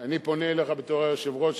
אני פונה אליך בתור היושב-ראש,